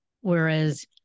Whereas